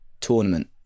tournament